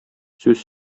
сүз